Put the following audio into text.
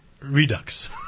Redux